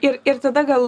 ir ir tada gal